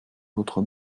votre